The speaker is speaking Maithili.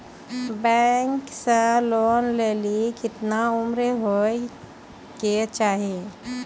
बैंक से लोन लेली केतना उम्र होय केचाही?